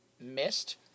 missed